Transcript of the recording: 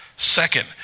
Second